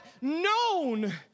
Known